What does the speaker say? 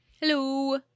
Hello